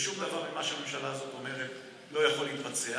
ושום דבר ממה שהממשלה הזאת אומרת לא יכול להתבצע.